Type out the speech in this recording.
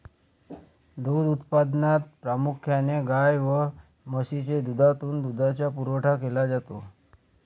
दूध उत्पादनात प्रामुख्याने गाय व म्हशीच्या दुधातून दुधाचा पुरवठा केला जातो